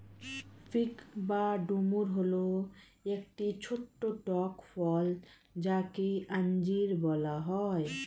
fig বা ডুমুর হল একটি ছোট্ট টক ফল যাকে আঞ্জির বলা হয়